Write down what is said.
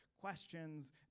questions